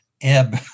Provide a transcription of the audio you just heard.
ebb